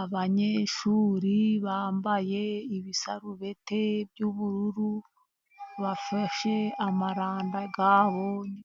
Abanyeshuri bambaye ibisarubeti by’ubururu bafashe amaranda